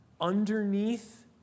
Underneath